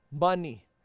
money